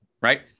Right